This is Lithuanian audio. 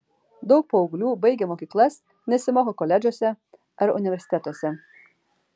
daug paauglių baigę mokyklas nesimoko koledžuose ar universitetuose